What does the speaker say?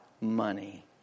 money